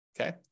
okay